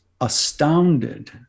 astounded